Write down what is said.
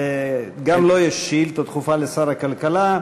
גם לו יש שאילתה דחופה לשר הכלכלה: